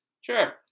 Sure